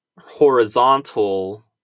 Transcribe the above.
horizontal